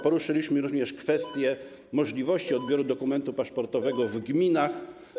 Poruszyliśmy również kwestie możliwości odbioru dokumentu paszportowego w gminach.